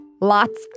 Lots